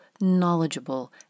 knowledgeable